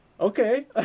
okay